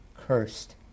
cursed